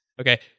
Okay